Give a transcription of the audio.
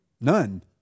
None